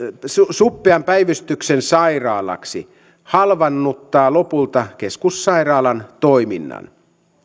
suppean päivystyksen sairaalaksi halvaannuttaa lopulta keskussairaalan toiminnan